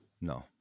no